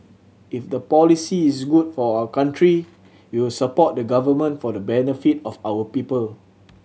if the policy is good for our country we will support the Government for the benefit of our people